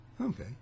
Okay